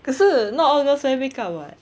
可是 not all girls wear makeup [what]